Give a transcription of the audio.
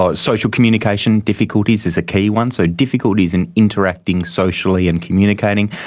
ah social communication difficulties is a key one, so difficulties in interacting socially and communicating,